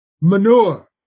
manure